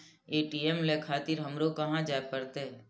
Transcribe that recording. ATM ले खातिर हमरो कहाँ जाए परतें?